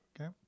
Okay